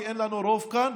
כי אין לנו רוב כאן,